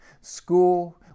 school